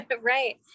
right